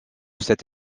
cette